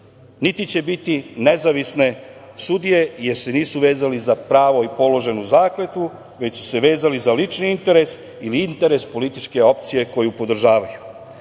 niti će biti nezavisne sudije, jer se nisu vezali za pravo i položenu zakletvu već su se vezali za lični interes ili interes političke opcije koju podržavaju. Da